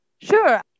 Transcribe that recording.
Sure